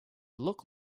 look